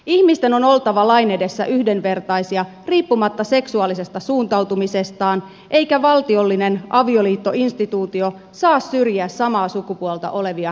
ihmisten on oltava lain edessä yhdenvertaisia riippumatta seksuaalisesta suuntautumisestaan eikä valtiollinen avioliittoinstituutio saa syrjiä samaa sukupuolta olevia henkilöitä